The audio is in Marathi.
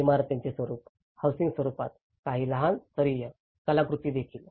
इमारतींचे स्वरूप हौसिंग स्वरूपात काही लहान स्तरीय कलाकृती देखील